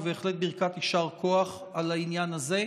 בהחלט ברכת יישר כוח על העניין הזה.